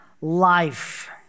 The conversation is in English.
life